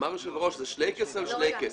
אמר היושב ראש, זה שלייקעס על שלייקעס.